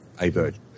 A-Bird